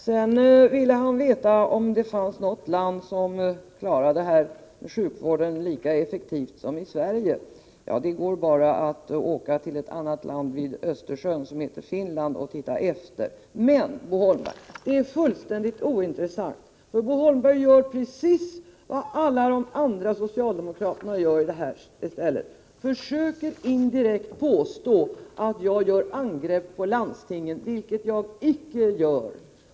Sedan ville Bo Holmberg veta om det fanns något annat land som klarar sjukvården lika effektivt som vi i Sverige. Det är bara att åka till ett annat land vid Östersjön som heter Finland och se hur det är där. Men det är fullständigt ointressant för Bo Holmberg. Bo Holmberg gör i stället precis vad alla andra socialdemokrater gör, nämligen försöker indirekt påstå att jag gör angrepp på landstingen, vilket jag icke gör.